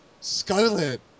Scarlet